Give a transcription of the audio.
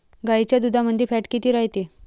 गाईच्या दुधामंदी फॅट किती रायते?